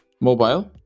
mobile